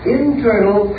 internal